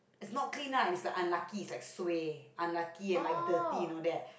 is not clean lah is like unlucky is like suay unlucky and like dirty you know that